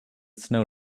snow